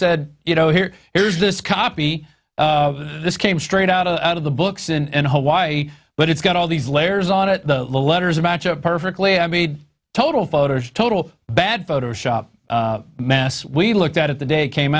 said you know here here's this copy this came straight out of out of the books and hawaii but it's got all these layers on it the letters match up perfectly i mean total photo total bad photo shop mess we looked at it the day came